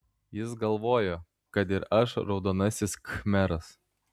jis galvojo kad ir aš raudonasis khmeras